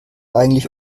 eigentlich